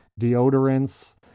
deodorants